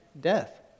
death